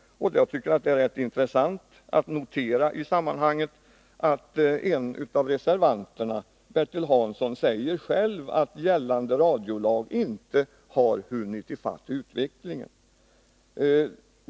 Det är då rätt intressant att notera att en av reservanterna, Bertil Hansson, själv säger att gällande radiolag inte har hunnit i fatt utvecklingen.